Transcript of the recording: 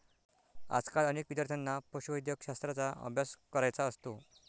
आजकाल अनेक विद्यार्थ्यांना पशुवैद्यकशास्त्राचा अभ्यास करायचा असतो